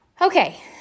Okay